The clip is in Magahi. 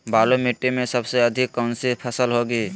बालू मिट्टी में सबसे अधिक कौन सी फसल होगी?